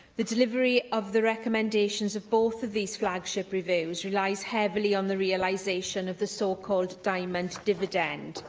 the delivery of the recommendations of both of these flagship reviews relies heavily on the realisation of the so-called diamond dividend.